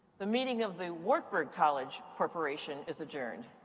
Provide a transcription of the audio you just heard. the meeting of the wartburg college corporation is adjourned.